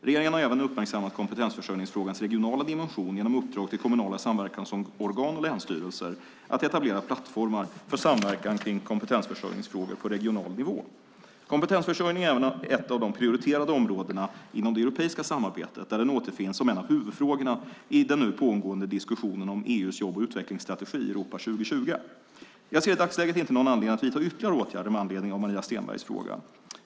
Regeringen har även uppmärksammat kompetensförsörjningsfrågans regionala dimension genom uppdrag till kommunala samverkansorgan och länsstyrelser att etablera plattformar för samverkan kring kompetensförsörjningsfrågor på regional nivå. Kompetensförsörjning är även ett av de prioriterade områdena inom det europeiska samarbetet där den återfinns som en av huvudfrågorna i den nu pågående diskussionen om EU:s jobb och utvecklingsstrategi, Europa 2020. Jag ser i dagsläget inte någon anledning att vidta ytterligare åtgärder med anledning av Maria Stenbergs fråga.